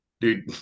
dude